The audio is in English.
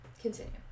Continue